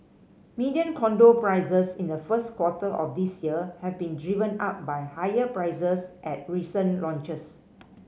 median condo prices in the first quarter of this year have been driven up by higher prices at recent launches